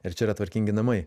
ir čia yra tvarkingi namai